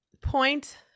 point